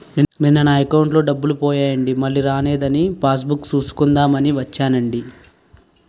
నిన్న నా అకౌంటులో డబ్బులు పోయాయండి మల్లీ రానేదని పాస్ బుక్ సూసుకుందాం అని వచ్చేనండి